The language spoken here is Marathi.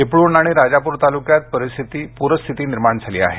चिपळूण आणि राजापूर तालुक्यात पूरस्थिती निर्माण झाली आहे